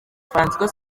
françois